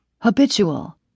Habitual